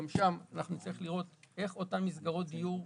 גם שם נצטרך לראות איך אותן מסגרות דיור,